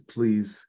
Please